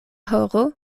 horo